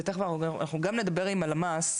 תיכף אנחנו גם נדבר עם הלמ"ס,